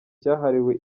cyahariwe